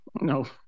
No